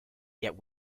yet